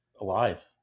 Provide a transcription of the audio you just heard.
alive